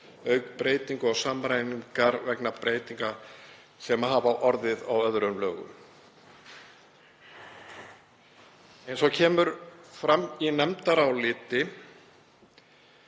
auk breytinga og samræmingar vegna breytinga sem hafa orðið á öðrum lögum. Eins og kemur fram í nefndaráliti